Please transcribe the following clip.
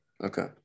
Okay